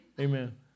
Amen